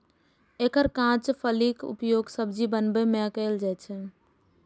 एकर कांच फलीक उपयोग सब्जी बनबै मे कैल जाइ छै